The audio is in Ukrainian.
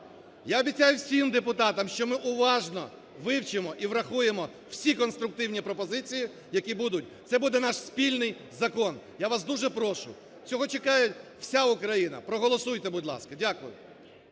Я обіцяю всім депутатам, що ми уважно вивчимо і врахуємо всі конструктивні пропозиції, які будуть. Це буде наш спільний закон. Я вам дуже прошу, цього чекає вся України, проголосуйте, будь ласка.